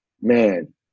man